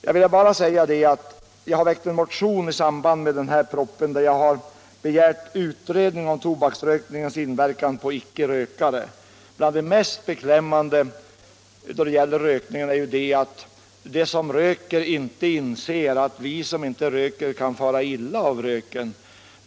Jag har i samband med propositionen väckt en motion vari jag har begärt utredning av tobaksrökningens inverkan på icke-rökare. Bland det mest beklämmande då det gäller rökningen är att de som själva är rökare inte inser att vi som inte röker kan fara illa av röken.